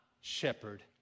shepherd